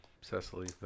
Cecily